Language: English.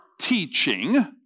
teaching